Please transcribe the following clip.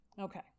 Okay